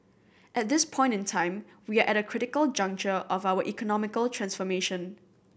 at this point in time we are at a critical juncture of our economic transformation